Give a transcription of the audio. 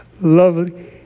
lovely